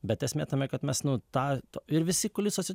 bet esmė tame kad mes nu tą ir visi kulisuose